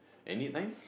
anytime